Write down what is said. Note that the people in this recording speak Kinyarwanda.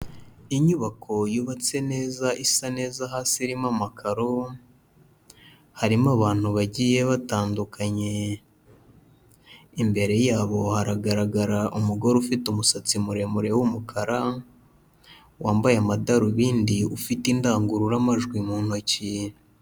Inyubako yubatse neza isa neza hasi irimo amakaro harimo abantu bagiye batandukanye, imbere yabo haragaragara umugore ufite umusatsi muremure w'umukara, wambaye amadarubindi, ufite indangururamajwi mu ntoki.